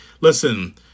listen